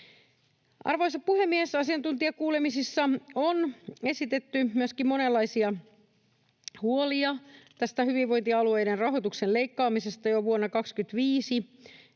Arvoisa puhemies! Asiantuntijakuulemisissa on esitetty myöskin monenlaisia huolia tästä hyvinvointialueiden rahoituksen leikkaamisesta jo vuonna 2025,